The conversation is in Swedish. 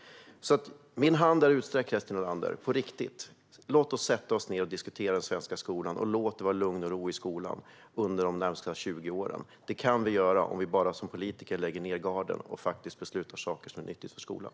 Min hand är utsträckt, Christer Nylander, på riktigt. Låt oss sätta oss ned och diskutera svenska skolan, och låt det vara lugn och ro i skolan de närmaste 20 åren. Detta kan vi göra om vi politiker bara sänker garden och beslutar sådant som är nyttigt för skolan.